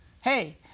hey